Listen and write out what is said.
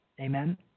Amen